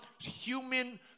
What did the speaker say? human